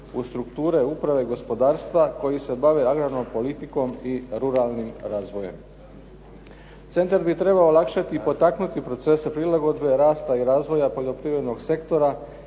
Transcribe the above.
u strukture uprave gospodarstva koji se bave agrarnom politikom i ruralnim razvojem. Centar bi trebao olakšati i potaknuti procese prilagodbe, rasta i razvoja poljoprivrednog sektora